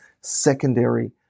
secondary